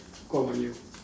what about you